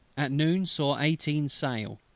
at noon saw eighteen sail.